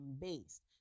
based